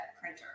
printer